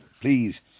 please